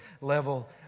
level